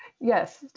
Yes